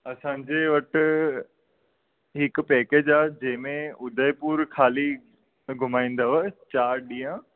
असांजे वटि हिक पेकेज आहे जंहिंमें उदयपुर ख़ाली घुमाइंदव चारि ॾींहं